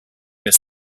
this